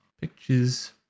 pictures